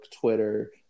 Twitter